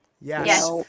Yes